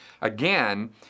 again